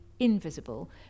invisible